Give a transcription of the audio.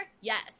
Yes